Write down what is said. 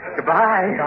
Goodbye